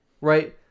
right